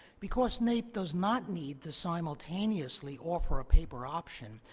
because naep does not need to simultaneously offer a paper option,